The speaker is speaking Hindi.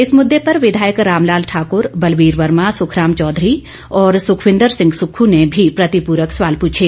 इस मुद्दे पर विधायक रामलाल ठाकूर बलवीर वर्मा सुखराम चौधरी और सुखविंद्र सिंह सुक्खू ने भी प्रतिपूरक सवाल पूछे